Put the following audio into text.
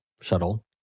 shuttle